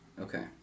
Okay